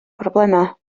problemau